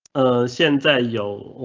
sienta. yooo,